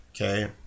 Okay